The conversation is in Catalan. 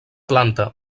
planta